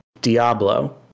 Diablo